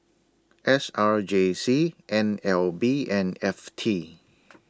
S R J C N L B and F T